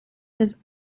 his